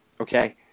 Okay